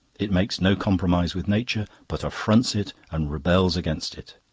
it makes no compromise with nature, but affronts it and rebels against it.